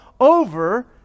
over